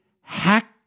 hack